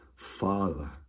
father